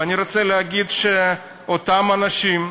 ואני רוצה להגיד שאותם אנשים,